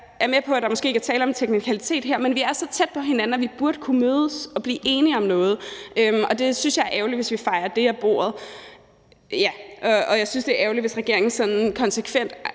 Jeg er med på, at der måske ikke er tale om en teknikalitet her, men vi er så tæt på hinanden, og vi burde kunne mødes og blive enige om noget, og jeg synes, det er ærgerligt, hvis vi fejer det af bordet. Jeg synes, det er ærgerligt, hvis regeringen konsekvent